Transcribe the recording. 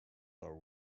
are